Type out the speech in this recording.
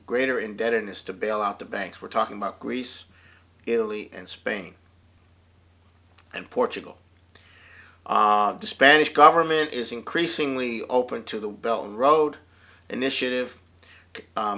greater indebtedness to bail out the banks we're talking about greece italy and spain and portugal spanish government is increasingly open to the bell road initiative